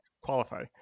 qualify